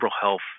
health